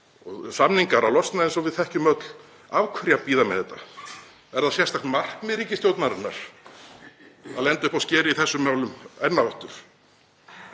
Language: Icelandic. samningar að losna, eins og við þekkjum öll. Af hverju að bíða með þetta? Er það sérstakt markmið ríkisstjórnarinnar að lenda uppi á skeri í þessum málum enn